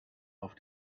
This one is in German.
auf